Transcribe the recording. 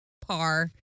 par